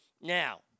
Now